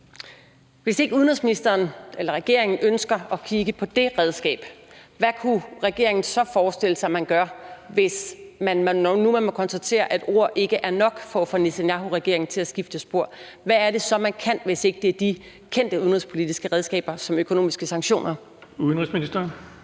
Hvis ikke regeringen ønsker at kigge på det redskab, hvad kunne regeringen så forestille sig at man gør, når nu man må konstatere, at ord ikke er nok til at få Netanyahuregeringen til at skifte spor? Hvad er det så, man kan gøre, hvis ikke det er de kendte udenrigspolitiske redskaber som økonomiske sanktioner, man vil bruge?